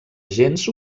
gens